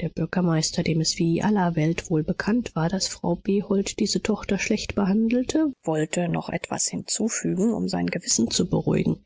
der bürgermeister dem es wie aller welt wohlbekannt war daß frau behold diese tochter schlecht behandelte wollte noch etwas hinzufügen um sein gewissen zu beruhigen